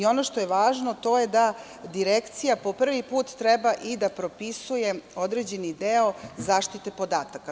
Ono što je važno, a to je da direkcija po prvi put treba i da propisuje određeni deo zaštite podataka.